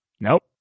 Nope